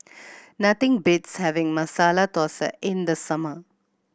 nothing beats having Masala Thosai in the summer